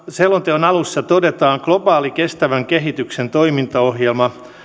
selonteon alussa todetaan globaali kestävän kehityksen toimintaohjelma